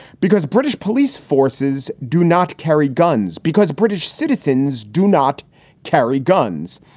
because british police forces do not carry guns, because british citizens do not carry guns.